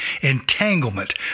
entanglement